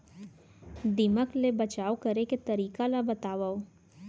दीमक ले बचाव करे के तरीका ला बतावव?